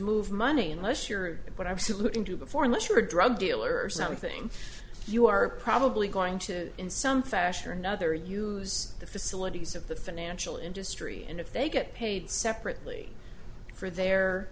move money unless you're what i was alluding to before unless you're a drug dealer or something you are probably going to in some fashion or another and use the facilities of the financial industry and if they get paid separately for their